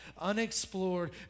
unexplored